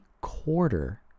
quarter